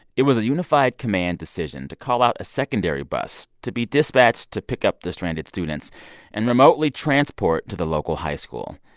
it was a unified command decision to call out a secondary bus to be dispatched to pick up the stranded students and remotely transport to the local high school.